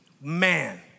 man